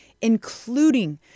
including